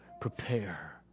prepare